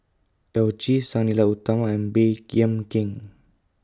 Yao Zi Sang Nila Utama and Baey Yam Keng